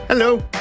Hello